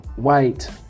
white